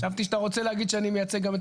חשבתי שאתה רוצה להגיד שאני מייצג גם את רגבים.